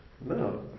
No